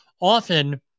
Often